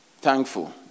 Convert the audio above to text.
thankful